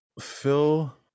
phil